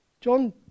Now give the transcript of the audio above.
John